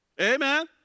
Amen